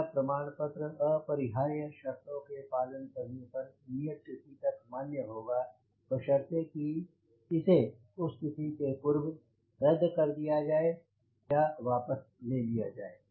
यह प्रमाण पत्र अपरिहार्य शर्तों के पालन करने पर नियत तिथि तक मान्य होगा बशर्ते कि इसे उस तिथि के पूर्व रद्द कर दिया जाए या वापस ले लिया जाए